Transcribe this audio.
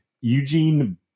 Eugene